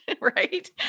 right